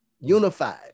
unified